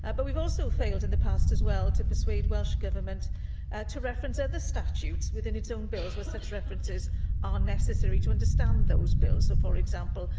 and but we've also failed in the past as well to persuade welsh government ah to reference other statutes within its own bills, where such references are necessary to understand those bills. so, for example,